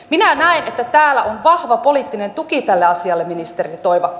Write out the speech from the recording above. minä näen että täällä on vahva poliittinen tuki tälle asialle ministeri toivakka